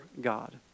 God